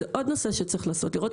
זה עוד נושא שצריך לעסוק בו.